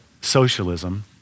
socialism